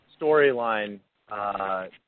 storyline